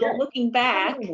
yeah looking back!